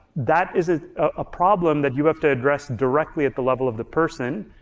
that is a ah problem that you have to address directly at the level of the person,